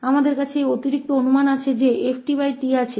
हमारे पास यह अतिरिक्त धारणा है कि ft मौजूद है